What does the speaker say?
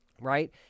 right